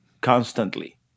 constantly